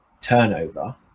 turnover